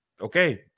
okay